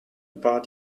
war